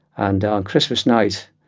and on christmas night,